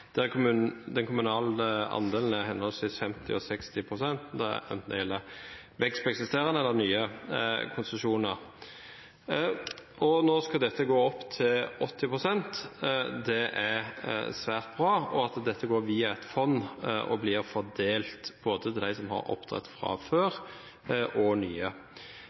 der den kommunale andelen er henholdsvis 50 pst. og 60 pst. enten det gjelder vekst på eksisterende konsesjoner eller nye konsesjoner. Nå skal dette gå opp til 80 pst. Det er også svært bra at dette går via et fond og blir fordelt både til dem som har oppdrett fra før, og til nye.